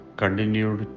continued